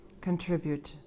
contribute